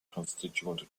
constituent